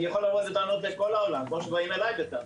אני יכול לבוא בטענות לכול העולם כמו שבאים אלי בטענות.